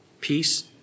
Peace